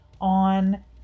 on